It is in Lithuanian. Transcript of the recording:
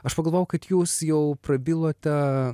aš pagalvojau kad jūs jau prabilote